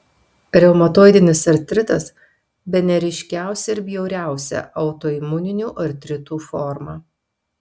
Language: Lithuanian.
reumatoidinis artritas bene ryškiausia ir bjauriausia autoimuninių artritų forma